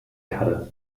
erde